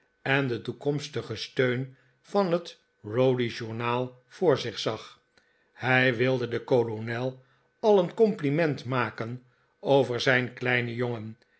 en den toekomstigen steun van het rowdy journal voor zich zag hij wilde den kolonel al een compliment maken over zijn kleinen jongen